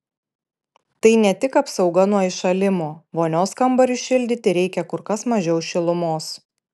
tai ne tik apsauga nuo įšalimo vonios kambariui šildyti reikia kur kas mažiau šilumos